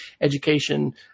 education